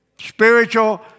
spiritual